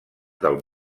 del